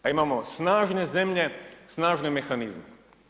A imamo snažne zemlje, snažne mehanizme.